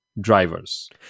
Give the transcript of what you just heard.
drivers